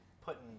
putting